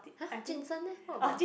!huh! Jun sheng leh what about